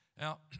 Now